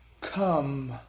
come